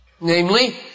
Namely